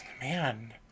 Man